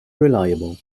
reliable